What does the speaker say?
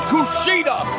Kushida